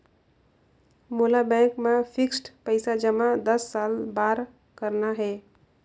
मोला बैंक मा फिक्स्ड पइसा जमा दस साल बार करना हे?